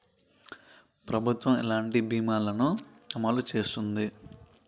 ప్రభుత్వం ఎలాంటి బీమా ల ను అమలు చేస్తుంది?